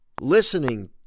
listening